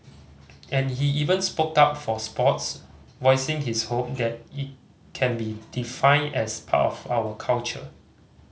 and he even spoke up for sports voicing his hope that it can be defined as part of our culture